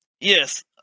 yes